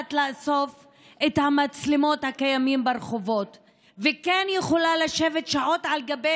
יודעת לאסוף את המצלמות הקיימות ברחובות וכן יכולה לשבת שעות על גבי